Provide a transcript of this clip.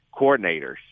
coordinators